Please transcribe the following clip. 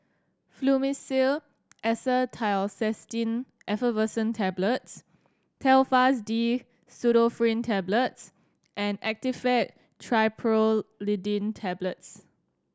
Fluimucil Acetylcysteine Effervescent Tablets Telfast D Pseudoephrine Tablets and Actifed Triprolidine Tablets